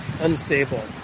unstable